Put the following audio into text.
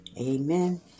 Amen